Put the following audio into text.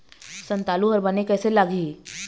संतालु हर बने कैसे लागिही?